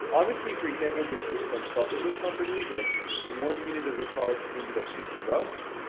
obviously, for example, there's so some supplement companies, like one unit of their product is gonna be like sixty bucks,